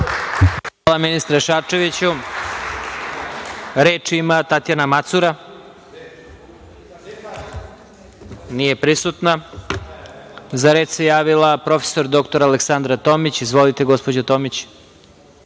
Hvala, ministre Šarčeviću. Reč ima Tatjana Macura. Nije prisutna.Za reč se javila prof. dr Aleksandra Tomić. Izvolite, gospođo Tomić.